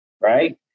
right